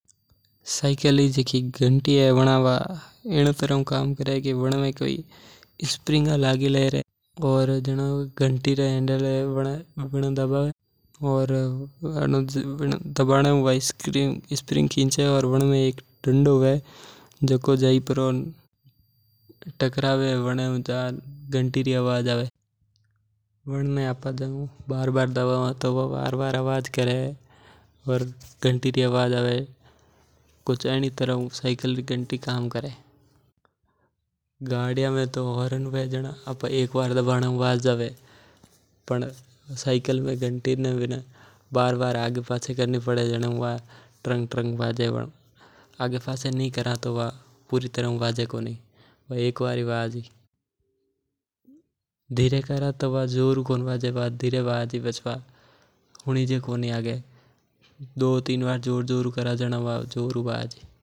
साइकल री घंटी हवे जीकी इयो काम करे कि बनमे स्प्रिंग हुया करे। और एक दांडी हवे जियू हु आपा बन पर आपा जोर लगावा वा दांडी जाई ने तकरेवे और वन मू आवाज आवे। घंटी हवे जीकी ने दबावा हु वा वाजे वना ने घड़ी घड़ी दबावा हु वन मू ट्रिंग-ट्रिंग आवाज आवे।